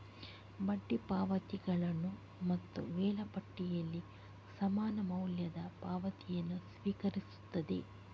ಬಡ್ಡಿ ಪಾವತಿಗಳನ್ನು ಮತ್ತು ವೇಳಾಪಟ್ಟಿಯಲ್ಲಿ ಸಮಾನ ಮೌಲ್ಯದ ಪಾವತಿಯನ್ನು ಸ್ವೀಕರಿಸುತ್ತದೆ